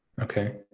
Okay